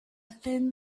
thin